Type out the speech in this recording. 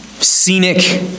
scenic